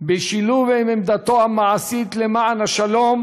בשילוב עם עבודתו המעשית למען השלום,